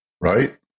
Right